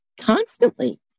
constantly